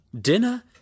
Dinner